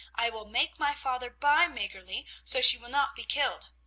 i will make my father buy maggerli, so she will not be killed.